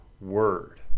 word